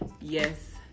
yes